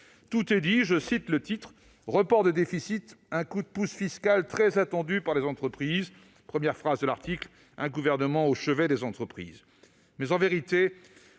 Tout est dit dans le titre :« Report de déficits : un coup de pouce fiscal très attendu par les entreprises ». Voici la première phrase de l'article :« Un gouvernement au chevet des entreprises.